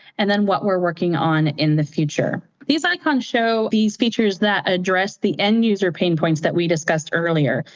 and then what we're working on in the future. these icons show these features that address the end-user pain points that we discussed earlier.